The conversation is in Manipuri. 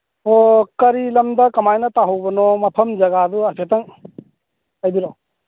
ꯑꯣ ꯀꯔꯤ ꯂꯝꯗ ꯀꯃꯥꯏꯅ ꯇꯥꯍꯧꯕꯅꯣ ꯃꯐꯝ ꯖꯒꯥꯗꯨ ꯍꯥꯏꯐꯦꯠꯇꯪ ꯍꯥꯏꯕꯤꯔꯛꯎ